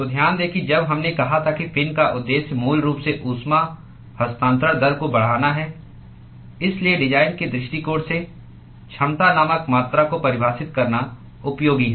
तो ध्यान दें कि जब हमने कहा था कि फिन का उद्देश्य मूल रूप से ऊष्मा हस्तांतरण दर को बढ़ाना है इसलिए डिजाइन के दृष्टिकोण से क्षमता नामक मात्रा को परिभाषित करना उपयोगी है